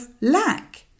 lack